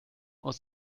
aus